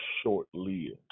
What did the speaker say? short-lived